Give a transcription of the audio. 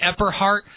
Epperhart